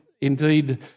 Indeed